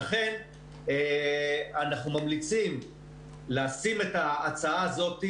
לכן, אנחנו ממליצים לשים את ההצעה הזאת,